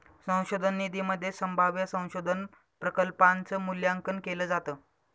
संशोधन निधीमध्ये संभाव्य संशोधन प्रकल्पांच मूल्यांकन केलं जातं